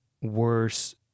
worse